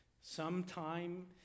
Sometime